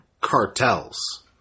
cartels